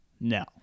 No